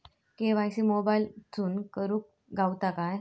KYC मोबाईलातसून करुक गावता काय?